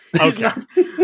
okay